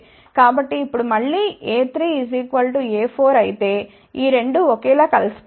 కాబట్టి ఇప్పుడు మళ్ళీ A3A4అయితే ఈ 2 ఒకేలా కలిసిపోతాయి